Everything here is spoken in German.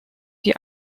die